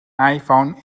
iphone